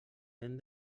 hem